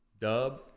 Dub